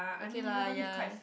okay lah ya